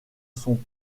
son